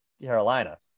Carolina